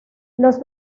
los